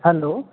hello